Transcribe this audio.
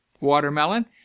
Watermelon